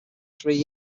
three